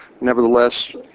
nevertheless